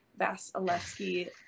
Vasilevsky